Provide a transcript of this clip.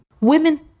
women